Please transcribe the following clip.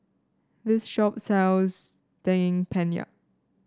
this shop sells Daging Penyet